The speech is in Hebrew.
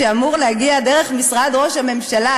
שאמור להגיע דרך משרד ראש הממשלה,